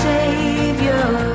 Savior